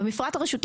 לגבי המפרט הרשותי,